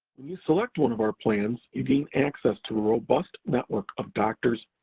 when you select one of our plans, you gain access to a robust network of doctors,